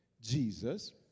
Jesus